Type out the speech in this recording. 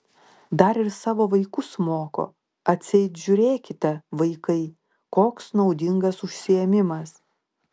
dar ir savo vaikus moko atseit žiūrėkite vaikai koks naudingas užsiėmimas